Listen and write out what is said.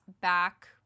back